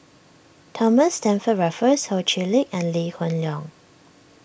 Thomas Stamford Raffles Ho Chee Lick and Lee Hoon Leong